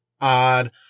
odd